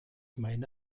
meine